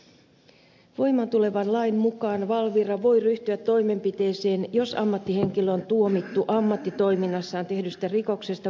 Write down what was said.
voimaan tulevan lain mukaan valvira voi ryhtyä toimenpiteeseen jos ammattihenkilö on tuomittu ammattitoiminnassaan tehdystä rikoksesta vankeusrangaistukseen